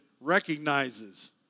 recognizes